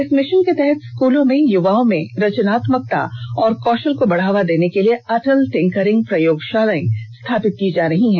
इस मिषन के तहत स्कूलों में युवाओं में रचनात्मकता और कौशल को बढ़ावा देने के लिए अटल टिंकरिंग प्रयोगशालाएं स्थापित की जा रही हैं